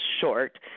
short